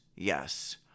Yes